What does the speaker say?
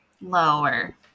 Lower